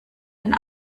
ein